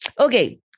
Okay